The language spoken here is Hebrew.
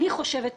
אני חושבת,